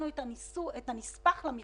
הם יהיו הפייסבוק של הביטוח,